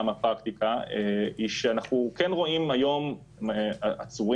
הפרקטיקה היא שאנחנו כן רואים היום עצורים